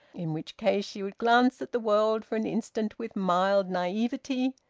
in which case she would glance at the world for an instant with mild naivete,